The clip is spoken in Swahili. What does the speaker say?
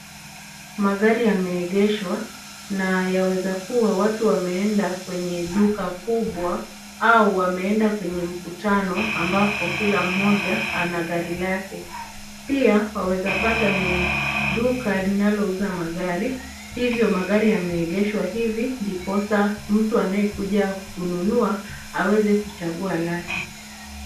Magari yameegeshwa, na yaweza kuwa watu wameenda kwenye duka kubwa au wameenda kwenye mkutano, ambapo kila mmoja ana gari lake. Pia waweza pata ni duka linalouza magari, hivyo magari yameegeshwa hivi, ndiposa mtu anayekuja kununua aweze kuchagua lake.